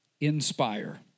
inspire